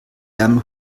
ärmel